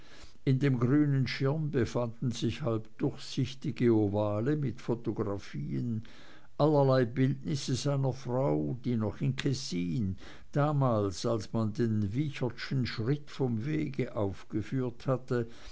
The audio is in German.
in dem grünen schirm befanden sich halb durchsichtige ovale mit fotografien allerlei bildnisse seiner frau die noch in kessin damals als man den wichertschen schritt vom wege aufgeführt hatte